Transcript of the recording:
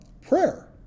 prayer